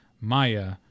Maya